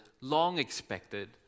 long-expected